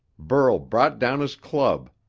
burl brought down his club,